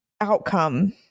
outcome